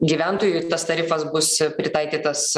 gyventojui tas tarifas bus pritaikytas